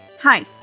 Hi